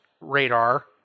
radar